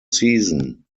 season